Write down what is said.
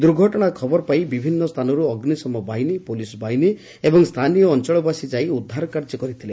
ଦୁର୍ଘଟଶା ଖବର ପାଇ ବିଭିନ୍ନ ସ୍ଥାନରୁ ଅଗ୍ନିଶମ ବାହିନୀ ପୋଲିସ ବାହିନୀ ଓ ସ୍ଥାନୀୟ ଅଞ୍ଚଳବାସୀ ଯାଇ ଉଦ୍ଧାର କାର୍ଯ୍ୟ କରିଥିଲେ